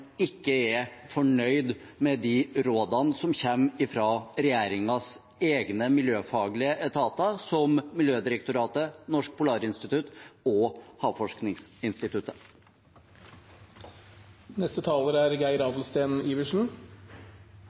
ikke er fornøyd med de rådene som kommer fra regjeringens egne miljøfaglige etater, som Miljødirektoratet, Norsk Polarinstitutt og